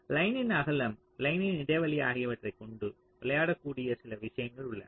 லைனின் அகலம் லைனின் இடைவெளி ஆகியவற்றைக் கொண்டு விளையாடக்கூடிய சில விஷயங்கள் உள்ளன